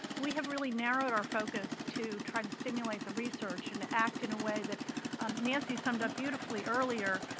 we have really narrowed our focus to try to stimulate the research, and to act in a way that nancy summed up beautifully earlier,